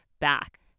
back